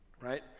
right